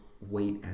wait